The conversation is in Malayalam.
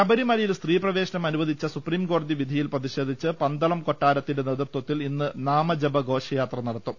ശബരിമലയിൽ സ്ത്രീ പ്രവേശനം അനുവദിച്ച സുപ്രിം കോടതി വിധിയിൽ പ്രതിഷേധിച്ച് പന്തളം കൊട്ടാരത്തിന്റെ നേതൃത്വത്തിൽ ഇന്ന് നാമജപ ഘോഷയാത്ര നടത്തും